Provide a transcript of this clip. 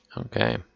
Okay